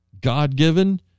God-given